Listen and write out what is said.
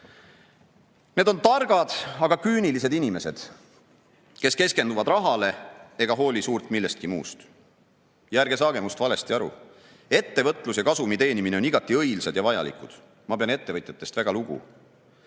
on targad, aga küünilised inimesed, kes keskenduvad rahale ega hooli suurt millestki muust. Ja ärge saage minust valesti aru. Ettevõtlus ja kasumi teenimine on igati õilsad ja vajalikud. Ma pean ettevõtjatest väga lugu.